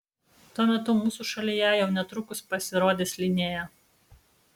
tuo metu mūsų šalyje jau netrukus pasirodys linea